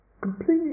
completely